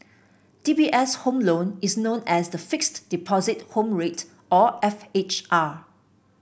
DBS' home loan is known as the Fixed Deposit Home Rate or F H R